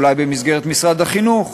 אולי במסגרת משרד החינוך.